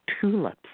tulips